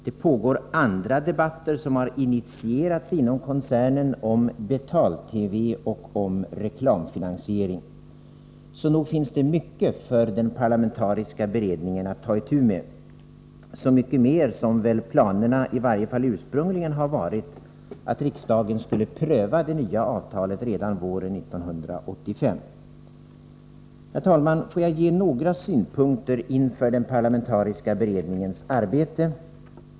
Det pågår andra debatter, som har initierats inom koncernen, om betal-TV och reklamfinansiering. Det finns alltså mycket för den parlamentariska beredningen att ta itu med, speciellt som planerna i varje fall ursprungligen torde ha varit att riksdagen skulle pröva det nya avtalet redan våren 1985. Herr talman! Låt mig lämna några synpunkter inför den parlamentariska beredningens arbete.